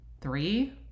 Three